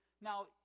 Now